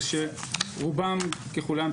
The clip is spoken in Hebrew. זה שרובם ככולם,